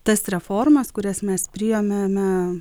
tas reformas kurias mes priėmėme